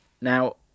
now